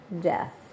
death